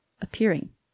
appearing